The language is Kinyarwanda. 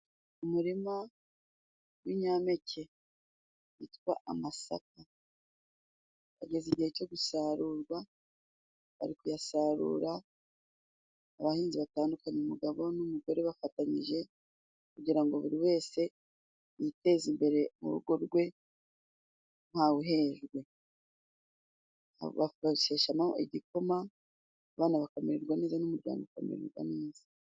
Umurima w'inyampeke witwa amasaka, ageze igihe cyo gusarurwa, bari kuyasarura abahinzi batandukanye, umugabo n'umugore bafatanyije kugira ngo buri wese yiteze imbere mu rugo rwe. Nta wuhejwe, bakayasheshamo igikoma, abana bakamererwa neza, n'umuryango ukamererwa neza.